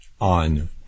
on